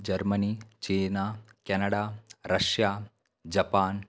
Germany China Canada Russia Japan